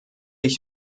ich